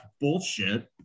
bullshit